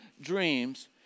dreams